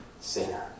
sinner